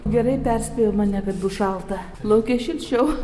gerai perspėjo mane kad bus šalta lauke šilčiau